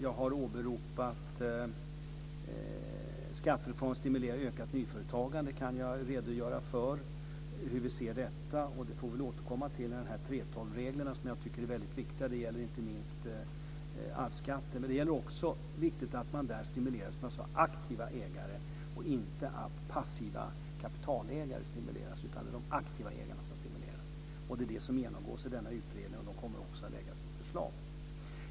Jag har åberopat skattereformer för att stimulera ökat nyföretagande, som jag kan redogöra för. Vi får återkomma till 3:12-reglerna som jag tycker är en väldigt viktig del när det gäller inte minst arvsskatten. Men det är också viktigt att man där stimulerar dem som är aktiva ägare, inte passiva kapitalägare. Det genomgås i denna utredning, som kommer att lägga fram sitt förslag.